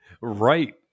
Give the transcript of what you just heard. Right